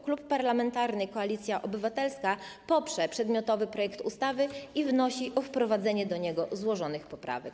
Klub Parlamentarny Koalicja Obywatelska poprze przedmiotowy projekt ustawy i wnosi o wprowadzenie do niego złożonych poprawek.